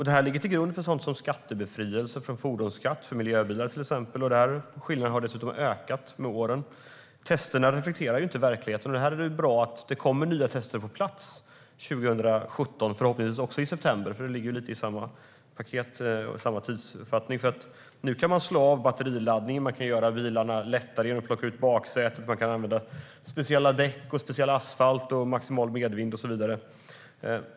Det här ligger till grund för sådant som befrielse från fordonsskatt för miljöbilar. Skillnaden har dessutom ökat med åren. Testerna reflekterar inte verkligheten. Det är bra att det kommer nya tester på plats 2017 - förhoppningsvis också i september; det ligger ju i samma paket och inom samma tidsomfattning - eftersom man nu kan slå av batteriladdningen, göra bilarna lättare genom att plocka ut baksätet, använda särskilda däck och särskild asfalt, ha maximal medvind och så vidare.